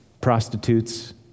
Prostitutes